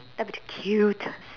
that'd be cute